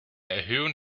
erhöhung